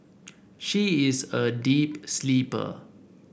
she is a deep sleeper